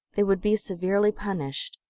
they would be severely punished.